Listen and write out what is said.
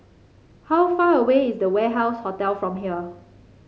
how far away is The Warehouse Hotel from here